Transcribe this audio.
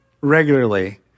regularly